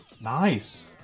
Nice